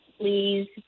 Please